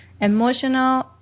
Emotional